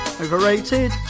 Overrated